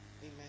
Amen